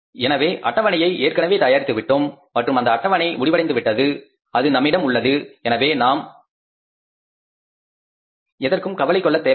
எனவே அட்டவணையை ஏற்கனவே தயாரித்து விட்டோம் மற்றும் அந்த அட்டவணை முடிவடைந்துவிட்டது அது நம்மிடம் உள்ளது எனவே நாம் எதற்கும் கவலை கொள்ளத் தேவையில்லை